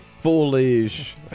foolish